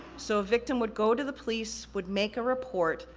so, a victim would go to the police, would make a report,